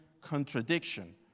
contradiction